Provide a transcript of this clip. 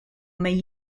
may